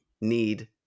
need